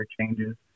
changes